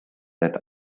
that